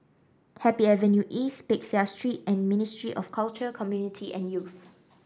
Happy Avenue East Peck Seah Street and Ministry of Culture Community and Youth